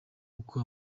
uko